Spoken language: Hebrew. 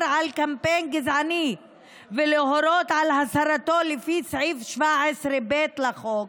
קמפיין גזעני ולהורות על הסרתו לפי סעיף 17ב לחוק,